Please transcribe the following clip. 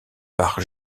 par